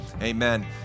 Amen